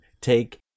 take